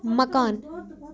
مکانہٕ